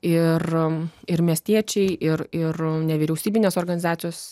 ir ir miestiečiai ir ir nevyriausybinės organizacijos